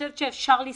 אפשר לסמוך,